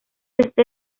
este